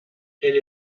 elle